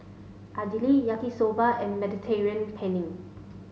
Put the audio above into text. Idili Yaki Soba and Mediterranean Penne